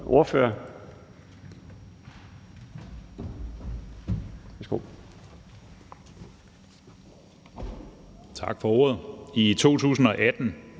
Tak for ordet. I Danmark